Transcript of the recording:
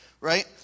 Right